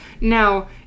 now